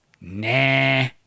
Nah